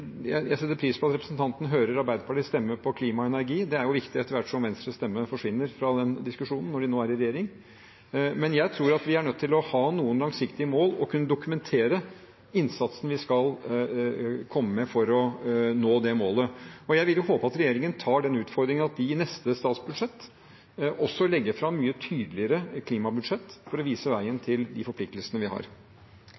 Jeg setter pris på at representanten hører Arbeiderpartiets stemme når det gjelder klima og energi. Det er jo viktig ettersom Venstres stemme forsvinner i den diskusjonen når de nå er i regjering. Men jeg tror at vi er nødt til å ha noen langsiktige mål og kunne dokumentere innsatsen vi skal komme med for å nå det målet, og jeg vil håpe at regjeringen tar den utfordringen at de i neste statsbudsjett også legger fram mye tydeligere klimabudsjett for å vise veien